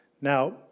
Now